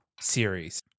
series